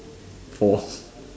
four